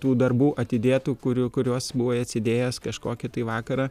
tų darbų atidėtų kurių kuriuos buvai atsidėjęs kažkokį tai vakarą